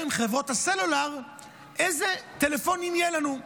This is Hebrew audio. עם חברות הסלולר איזה טלפונים יהיו לנו.